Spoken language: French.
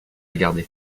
garder